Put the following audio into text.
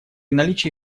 наличии